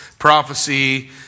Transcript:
prophecy